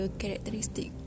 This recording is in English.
characteristic